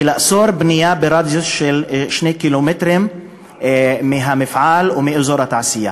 לאסור בנייה ברדיוס של 2 קילומטרים מהמפעל ומאזור התעשייה,